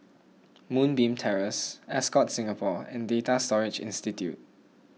Moonbeam Terrace Ascott Singapore and Data Storage Institute